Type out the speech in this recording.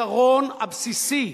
אני רוצה להגן על העיקרון הבסיסי,